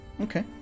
Okay